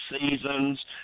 seasons